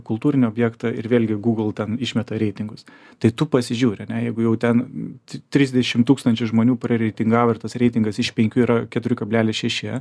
kultūrinį objektą ir vėlgi gūgl ten išmeta reitingus tai tu pasižiūri ane jeigu jau ten trisdešimt tūkstančių žmonių prireitingavo ir tas reitingas iš penkių yra keturi kablelis šeši